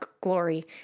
glory